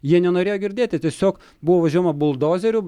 jie nenorėjo girdėti tiesiog buvo važiuojama buldozeriu